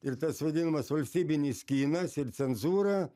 ir tas vadinamas valstybinis kinas ir cenzūra